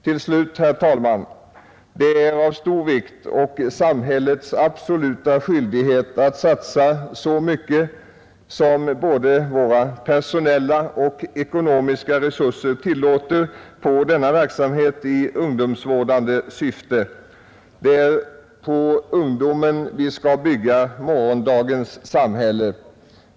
Till slut, herr talman, det är av stor vikt och det är samhällets absoluta skyldighet att satsa så mycket på denna verksamhet i ungdomsvårdande syfte som våra personella och ekonomiska resurser tillåter. Det är på ungdomen vi skall bygga morgondagens samhälle.